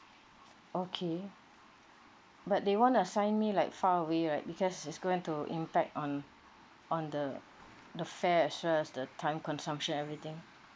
okay but they won't assign me like far away right because is going to impact on on the the fare as well as the time consumption everything